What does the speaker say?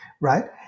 right